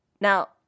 Now